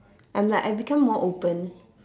I'm like I become more open